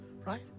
right